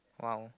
!wow!